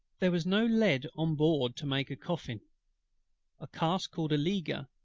there was no lead on board to make a coffin a cask called a leaguer,